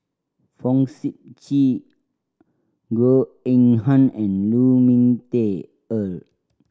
Fong Sip Chee Goh Eng Han and Lu Ming Teh Earl